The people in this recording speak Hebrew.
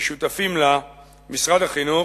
ששותפים לה משרד החינוך,